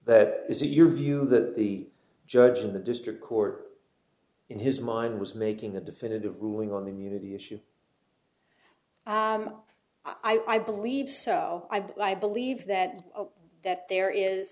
that is it your view that the judge of the district court in his mind was making the definitive ruling on the immunity issue i believe so i believe that that there is